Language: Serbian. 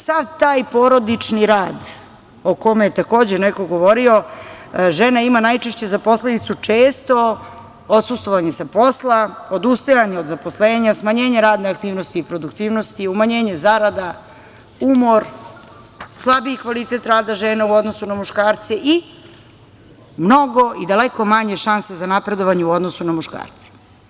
Sav taj porodični rad, o kome je takođe neko govorio, žena ima najčešće za posledicu često odsustvovanje sa posla, odustajanje od zaposlenja, smanjenje radne aktivnosti i produktivnosti, umanjenje zarada, umor, slabiji kvalitet rada žena u odnosu na muškarce i mnogo i daleko manje šanse za napredovanje u odnosu na muškarce.